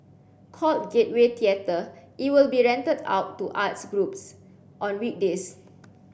called Gateway Theatre it will be rented out to arts groups on weekdays